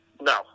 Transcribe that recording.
No